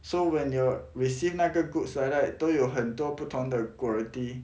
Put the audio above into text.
so when you receive 那个 goods 来 right 都有很多不同的 quality